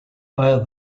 via